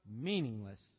meaningless